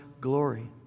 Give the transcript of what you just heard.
glory